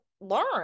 learn